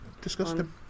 Disgusting